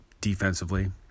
defensively